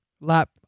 Lap